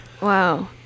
Wow